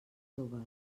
toves